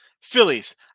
Phillies